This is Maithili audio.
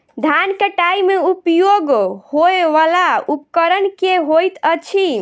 धान कटाई मे उपयोग होयवला उपकरण केँ होइत अछि?